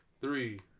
three